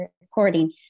recording